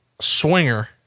swinger